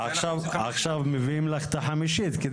שזה פחות נתונים ויותר שאלות שענו לנו,